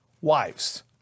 wives